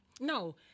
No